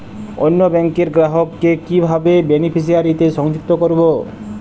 অন্য ব্যাংক র গ্রাহক কে কিভাবে বেনিফিসিয়ারি তে সংযুক্ত করবো?